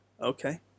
okay